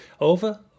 over